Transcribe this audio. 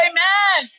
Amen